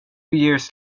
years